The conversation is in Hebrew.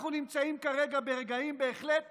אנחנו נמצאים כרגע ברגעים בהחלט